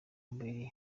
umubiri